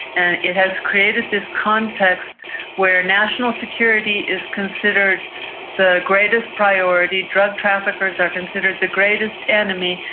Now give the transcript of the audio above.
and it has created this context where national security is considered the greatest priority, drug traffickers are considered the greatest enemy,